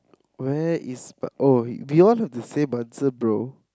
where is oh they all have the same answer bro